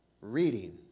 reading